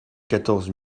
quatorze